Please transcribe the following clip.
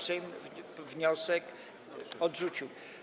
Sejm wniosek odrzucił.